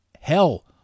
Hell